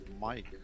Mike